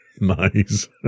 Nice